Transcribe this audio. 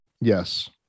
Yes